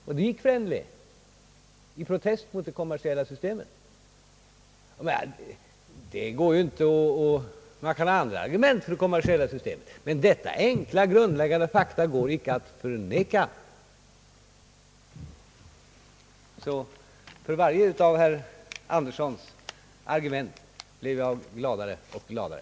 Han avgick då i protest mot det kommersiella systemet. Man kan anföra andra argument för kommersiellt system men detta enkla grundläggande faktum går icke att förneka. För varje argument som herr Andersson framför blir jag gladare och gladare.